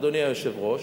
אדוני היושב-ראש,